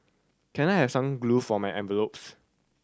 can I have some glue for my envelopes